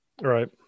right